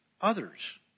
others